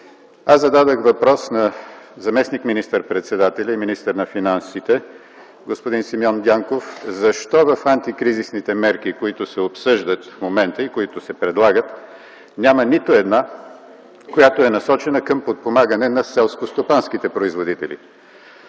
Аз зададох въпрос на заместник министър-председателя и министър на финансите господин Симеон Дянков: защо в антикризисните мерки, които се обсъждат в момента и които се предлагат, няма нито една, която е насочена към подпомагане на селскостопанските производители?